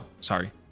sorry